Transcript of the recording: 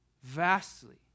vastly